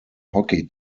hockey